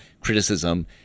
criticism